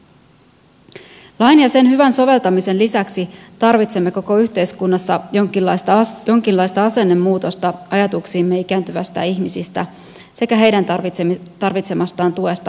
lain ja sen hyvän soveltamisen lisäksi tarvitsemme koko yhteiskunnassa jonkinlaista asennemuutosta ajatuksiimme ikääntyvistä ihmisistä sekä heidän tarvitsemastaan tuesta ja avusta